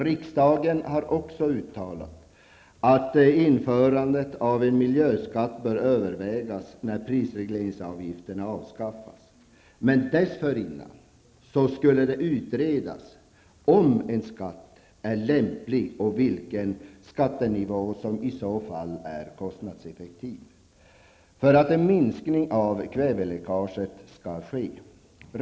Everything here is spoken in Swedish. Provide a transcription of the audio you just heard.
Riksdagen har också uttalat att införande av en miljöskatt bör övervägas när prisregleringsavgifterna avskaffas. Men dessförinnan skall det utredas om en skatt är lämplig och vilken skattenivå som i så fall är kostnadseffektiv för att en minskning av kväveläckaget skall ske.